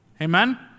Amen